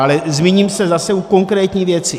Ale zmíním se zase o konkrétní věci.